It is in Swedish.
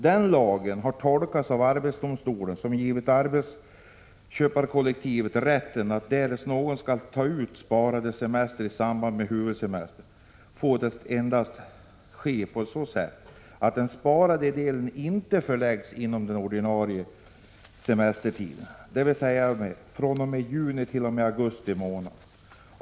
Denna del av lagen har tolkats av arbetsdomstolen, som givit arbetsköpartolkningen rätt: Därest någon skall ta ut sparad semester i samband med huvudsemester, får detta ske endast på så sätt att den sparade delen inte förläggs inom den ordinarie semestertiden, dvs. fr.o.m. junit.o.m. augusti.